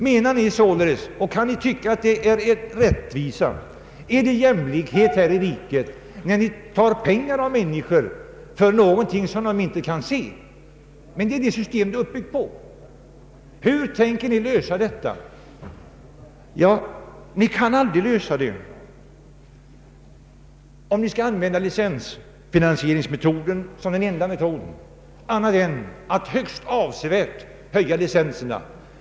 Kan Ni tycka att det är rättvisa och jämlikhet här i riket att ta licenspengar av människor för något som de inte kan se med det system som man nu bygger upp? Hur tänker Ni lösa detta? Ja, Ni kan aldrig lösa det, om Ni skall använda licensfinansieringsmetoden som enda metod, på annat sätt än genom att högst avsevärt höja licensavgifterna.